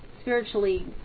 spiritually